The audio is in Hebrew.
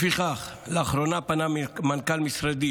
לפיכך, לאחרונה פנה מנכ"ל משרדי